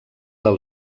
del